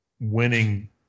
winning